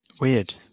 Weird